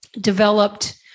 developed